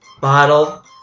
bottle